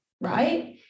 right